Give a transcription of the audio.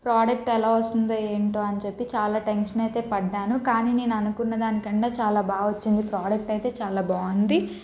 product ఎలా వస్తుందో ఏంటో అని చెప్పి చాలా టెన్షన్ అయితే పడినాను కానీ నేను అనుకున్న దాని కన్నా చాలా బాగా వచ్చింది ప్రోడక్ట్ అయితే చాలా బాగుంది